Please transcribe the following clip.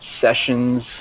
Sessions